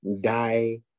die